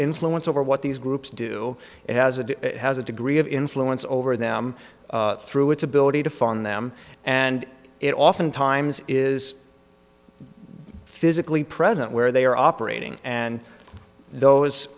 influence over what these groups do it has and it has a degree of influence over them through its ability to fund them and it oftentimes is physically present where they are operating and those